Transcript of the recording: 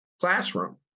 classroom